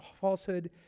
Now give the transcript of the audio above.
falsehood